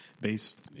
based